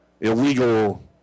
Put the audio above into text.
illegal